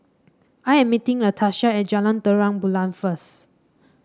I am meeting Latasha at Jalan Terang Bulan first